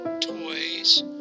toys